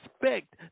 respect